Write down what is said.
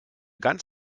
ganz